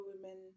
women